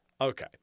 Okay